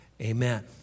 amen